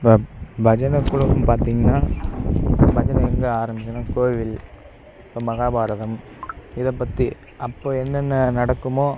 ப பஜனை குழுனு பார்த்திங்கன்னா பஜனை எங்கே ஆரம்பிக்கிதுனால் கோவில் இந்த மகாபாரதம் இதை பற்றி அப்போ என்னென்ன நடக்குமோ